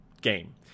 game